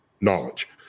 knowledge